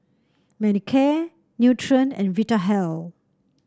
Manicare Nutren and Vitahealth